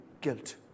guilt